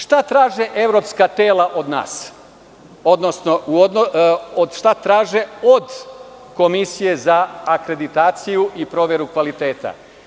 Šta traže evropska tela od nas, odnosno šta traže od Komisije za akreditaciju i proveru kvaliteta?